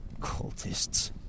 Cultists